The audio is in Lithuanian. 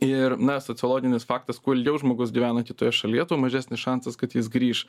ir na sociologinis faktas kuo ilgiau žmogus gyvena kitoje šalyje tuo mažesnis šansas kad jis grįš